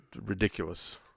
ridiculous